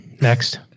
Next